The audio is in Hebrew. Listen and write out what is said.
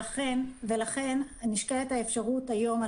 לכן נשקלת האפשרות היום,